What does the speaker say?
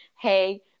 Hey